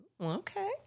Okay